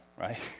Right